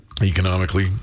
Economically